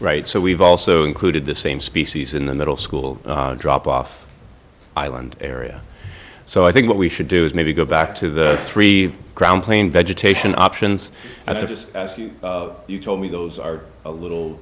right so we've also included the same species in the middle school drop off island area so i think what we should do is maybe go back to the three crown plane vegetation options and you told me those are a little